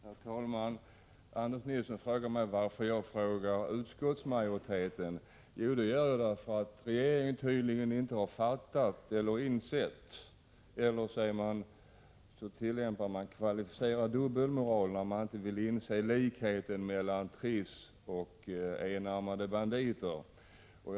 Herr talman! Anders Nilsson frågar mig varför jag frågar utskottsmajoriteten. Jo, det gör jag därför att regeringen tydligen inte har insett likheten mellan Trisslotteriet och enarmade banditer. Eller också tillämpar man kvalificerad dubbelmoral.